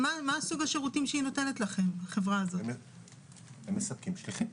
הם מספקים את השליחים.